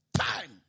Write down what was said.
Time